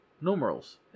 Numerals